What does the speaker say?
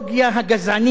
הפנאטית,